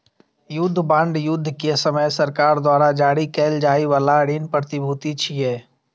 युद्ध बांड युद्ध के समय सरकार द्वारा जारी कैल जाइ बला ऋण प्रतिभूति छियै